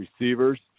receivers